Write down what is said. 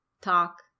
talk